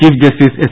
chief justice S